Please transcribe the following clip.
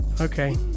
okay